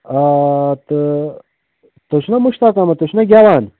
آ تہٕ تُہۍ چھِو نا مُشتاق احمد تُہۍ چھِو نا گیٚوان